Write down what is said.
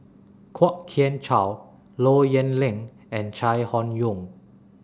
Kwok Kian Chow Low Yen Ling and Chai Hon Yoong